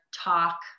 talk